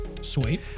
Sweet